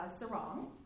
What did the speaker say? sarong